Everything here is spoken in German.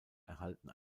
erhalten